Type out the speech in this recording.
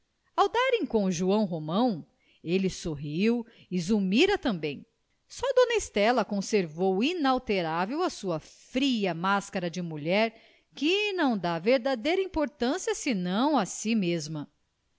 ao darem com joão romão ele sorriu e zulmira também só dona estela conservou inalterável a sua fria máscara de mulher que não dá verdadeira importância senão a si mesma